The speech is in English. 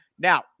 Now